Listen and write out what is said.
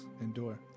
endure